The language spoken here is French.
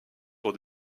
pour